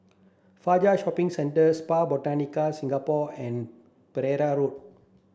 Fajar Shopping Centre Spa Botanica Singapore and Pereira Road